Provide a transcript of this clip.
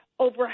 Over